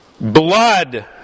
blood